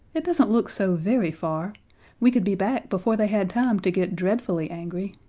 it doesn't look so very far we could be back before they had time to get dreadfully angry.